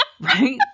Right